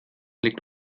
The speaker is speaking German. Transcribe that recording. liegt